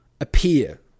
appear